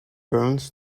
burns